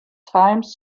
times